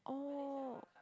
oh